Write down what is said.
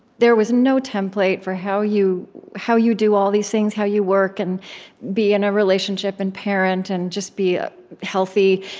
there was no template for how you how you do all these things how you work and be in a relationship and parent and just be ah healthy.